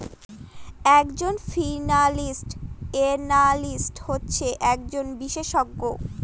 এক জন financial analyst হচ্ছেন একজন বিশেষজ্ঞ